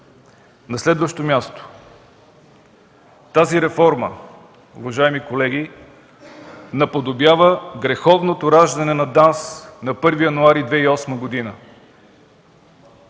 На следващо място, тази реформа, уважаеми колеги, наподобява греховното раждане на ДАНС на 1 януари 2008 г.